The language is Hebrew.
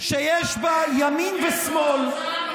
שיש בה ימין ושמאל, שיקרתם.